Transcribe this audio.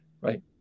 right